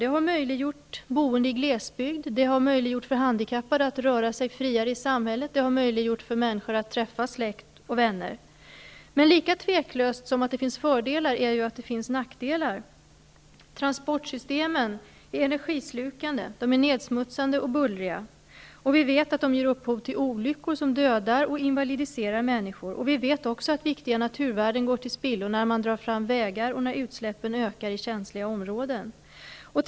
Det har möjliggjort boende i glesbygd, det har möjliggjort för handikappade att röra sig friare i samhället och det har möjliggjort för människor att träffa släkt och vänner. Men lika tveklöst som det finns fördelar finns det nackdelar. Transportsystemen är energislukande, nedsmutsande och bullriga. Vi vet att de ger upphov till olyckor som dödar och invalidiserar människor. Vi vet också att viktiga naturvärden går till spillo när man drar fram vägar och när utsläppen i känsliga områden ökar.